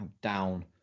down